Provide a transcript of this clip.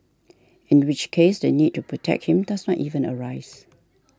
in which case the need to protect him does not even arise